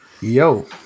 Yo